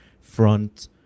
front